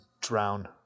drown